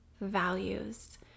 values